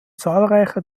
zahlreiche